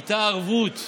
הייתה ערבות,